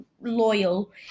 loyal